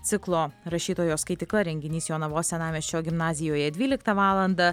ciklo rašytojo skaitykla renginys jonavos senamiesčio gimnazijoje dvyliktą valandą